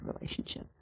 relationship